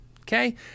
okay